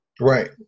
Right